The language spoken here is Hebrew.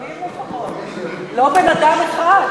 בש"ס יש מועצת חכמים לפחות, לא בן-אדם אחד,